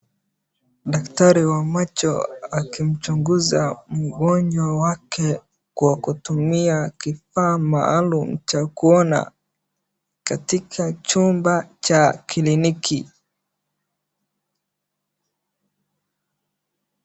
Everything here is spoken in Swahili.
Daktari wa macho akimchunguza mgonjwa wake kwa kutumia kifaa maalum cha kuona katika chumba cha kliniki.